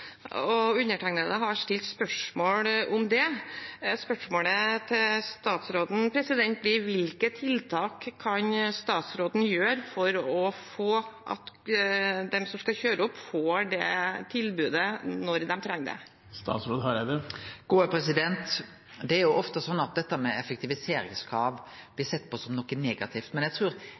og undertegnede har stilt spørsmål om det. Spørsmålet til statsråden blir: Hvilke tiltak kan statsråden iverksette for at de som skal kjøre opp, får det tilbudet når de trenger det? Det er jo ofte sånn at dette med effektiviseringskrav blir sett på som noko negativt, men